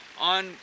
on